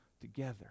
together